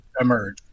emerge